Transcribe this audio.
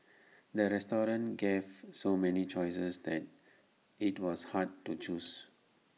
the restaurant gave so many choices that IT was hard to choose